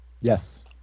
Yes